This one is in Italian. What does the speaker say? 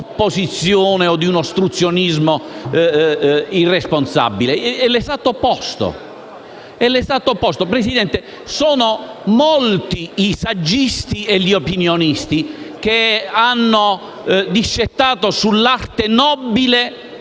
un'opposizione o di un ostruzionismo irresponsabile: è l'esatto opposto. Signor Presidente, sono molti i saggisti e gli opinionisti che hanno discettato sull'arte nobile